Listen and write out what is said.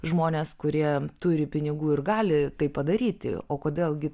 žmones kurie turi pinigų ir gali tai padaryti o kodėl gi